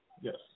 Yes